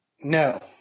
No